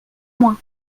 mois